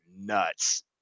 nuts